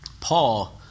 Paul